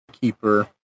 Keeper